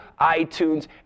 iTunes